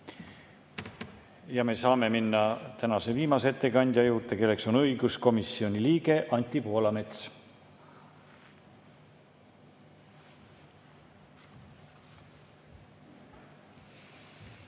Me saame minna tänase viimase ettekandja juurde, kelleks on õiguskomisjoni liige Anti Poolamets.